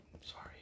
Sorry